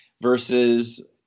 versus